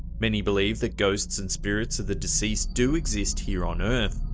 many believe that ghosts and spirits of the deceased do exist here on earth,